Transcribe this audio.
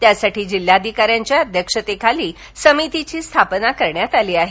त्यासाठी जिल्हाधिकाऱ्यांच्या अध्यक्षतेखाली समितीची स्थापना करण्यात आली आहे